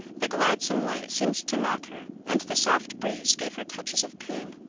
the gladsome light seemed to mock her, and the soft breeze gave her touches of pain.